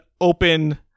open